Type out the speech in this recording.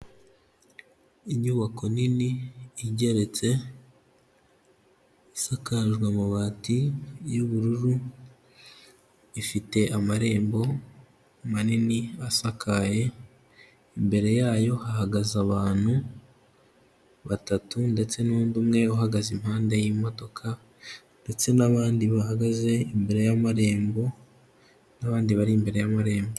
Inyubako nini igeretse, isakajwe amabati y'ubururu, ifite amarembo manini asakaye, imbere yayo hahagaze abantu batatu ndetse n'undi umwe uhagaze impande y'imodoka, ndetse n'abandi bahagaze imbere y'amarembo, n'abandi bari imbere y'amarembo.